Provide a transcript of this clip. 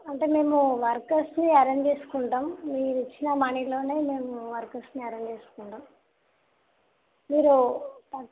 అంటే మేము వర్కర్స్ని అరేంజ్ చేసుకుంటాం మీరిచ్చిన మనీలోనే మేము వర్కర్స్ని అరేంజ్ చేసుకుంటాం మీరు